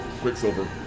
Quicksilver